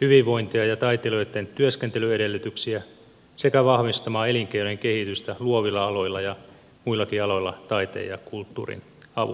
hyvinvointia ja taiteilijoitten työskentelyedellytyksiä sekä vahvistamaan elinkeinojen kehitystä luovilla aloilla ja muillakin aloilla taiteen ja kulttuurin avulla